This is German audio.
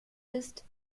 ist